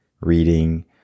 reading